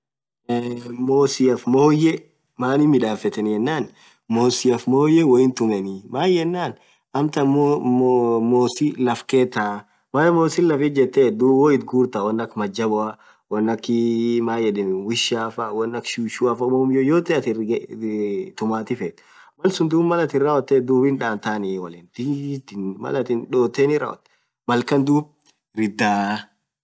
Eee. mosiafa moyeee maaani midhafetheni yenann mosiafa moyeee wonni tumeni maaaenen amtan moo mosii lafketha woo mosin laf ijetherhu dhub woo itaghurtha wonn akha majaboa won akhii mayedhen wishaaaa won akha shushuafaa womm yoyote atin ree thumathi feth malsun Mal athin rawothethu dhub hinn dhanthani wolin dhhthin Mal athin dhoteni rawothu malkan dhub ridhaaaa